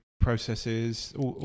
processes